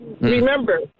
Remember